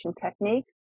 techniques